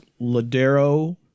Ladero